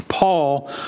Paul